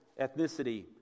ethnicity